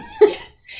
Yes